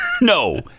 No